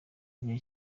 gihe